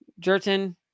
Jerton